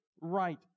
right